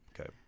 Okay